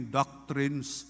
doctrines